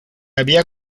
había